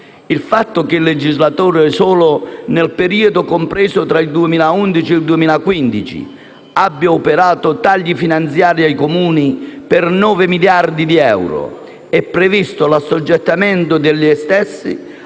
Il fatto che il legislatore solo nel periodo compreso tra il 2011 al 2015 abbia operato tagli finanziari ai Comuni per nove miliardi di euro e previsto l'assoggettamento degli stessi